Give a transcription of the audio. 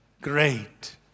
great